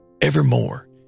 evermore